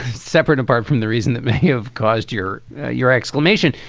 separate apart from the reason that may have caused your your exclamation.